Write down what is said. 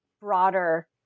broader